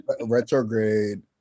Retrograde